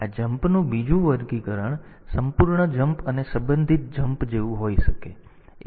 આ જમ્પનું બીજું વર્ગીકરણ આ સંપૂર્ણ જમ્પ અને સંબંધિત જમ્પ જેવું હોઈ શકે છે સંપૂર્ણ જમ્પ અને સંબંધિત જમ્પ